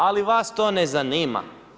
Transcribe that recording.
Ali, vas to ne znaima.